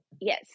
Yes